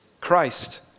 Christ